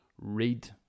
read